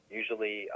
usually